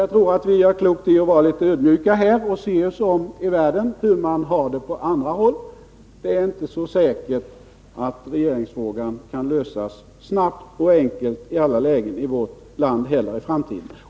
Jag tror att vi gör klokt i att vara litet ödmjuka på den här punkten och se oss om i världen, hur man har det på andra håll. Det är inte så säkert att regeringsfrågan kan lösas snabbt och enkelt i vårt land heller i framtiden.